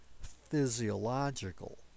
physiological